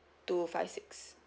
two five six